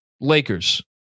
Lakers